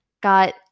got